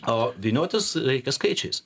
o vyniotis reikia skaičiais